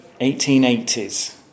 1880s